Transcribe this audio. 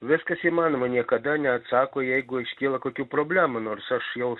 viskas įmanoma niekada neatsako jeigu iškyla kokių problemų nors aš jau